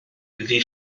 iddi